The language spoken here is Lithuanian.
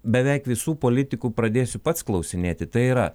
beveik visų politikų pradėsiu pats klausinėti tai yra